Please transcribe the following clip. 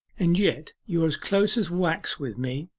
and yet you are as close as wax with me